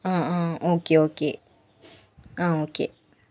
ആ ആ okay okay ആ ഓക്കേ